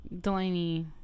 Delaney